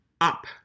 up